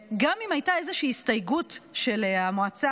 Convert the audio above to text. גם אם הייתה איזושהי הסתייגות של המועצה,